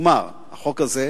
לדוגמה החוק הזה,